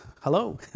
Hello